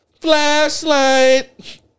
Flashlight